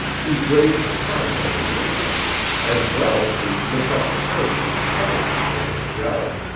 to brave the current of a nation as well to lift up the church which covered them with its shell!